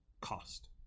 cost